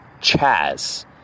Chaz